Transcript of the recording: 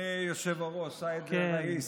היושב-ראש, סעיד אל ראיס.